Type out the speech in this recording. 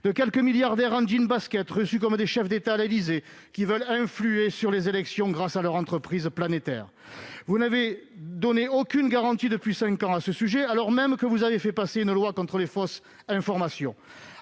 de quelques milliardaires en jeans-baskets reçus comme des chefs d'État à l'Élysée, qui veulent influer sur les élections grâce à leur entreprise planétaire. Vous n'avez donné aucune garantie depuis cinq ans à ce sujet, alors même que vous avez fait passer une loi contre les fausses informations.